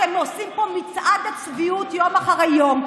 אתם עושים פה מצעד צביעות יום אחרי יום,